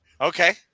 Okay